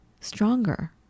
Stronger